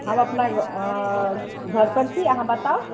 हम अपना घरपर छी अहाँ बताउ